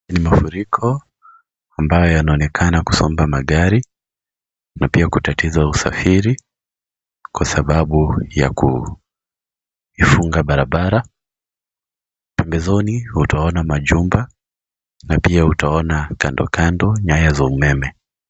Ni mafuriko ambayo yanaonekana kusomba magari na Pia kutatiza usafiri kwa sababu ya kuifunga barabara, pembezoni utaona majumba na pia utaona kandokando nyaya za umeme.